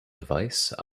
device